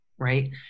Right